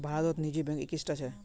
भारतत निजी बैंक इक्कीसटा छ